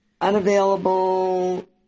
unavailable